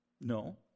No